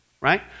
right